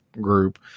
group